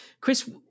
Chris